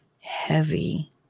heavy